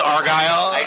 Argyle